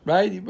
Right